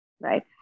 right